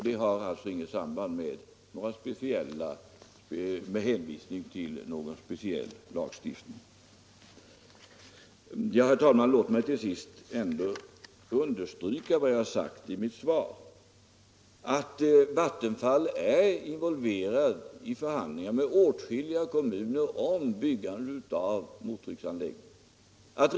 Det har inget samband med någon hänvisning till en speciell lagstiftning. Herr talman! Låt mig till sist understryka vad jag sagt i mitt svar, nämligen att Vattenfall är involverat i förhandlingar med åtskilliga kommuner om byggande av mottrycksanläggningar.